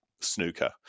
snooker